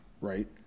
right